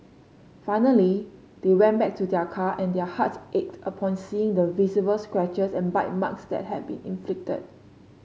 finally they went back to their car and their hearts ached upon seeing the visible scratches and bite marks that had been inflicted